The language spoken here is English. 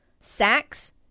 sacks